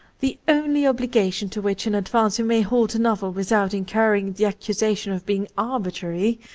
the only obligation to which in advance we may hold a novel without incurring the accusation of being arbitrary,